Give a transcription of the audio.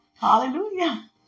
Hallelujah